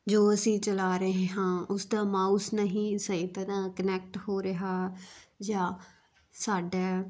ਜੋ ਅਸੀਂ ਚਲਾ ਰਹੇ ਹਾਂ ਉਸ ਦਾ ਮਾਊਸ ਨਹੀਂ ਸਹੀ ਤਰਾਂ ਕੰਨੈਕਟ ਹੋ ਰਿਹਾ ਜਾਂ ਸਾਡਾ